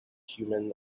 human